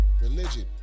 religion